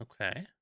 Okay